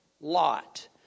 Lot